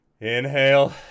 inhale